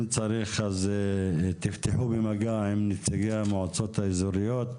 אם צריך אז תפתחו במגע עם נציגי המועצות האזוריות.